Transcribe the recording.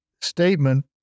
statement